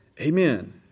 Amen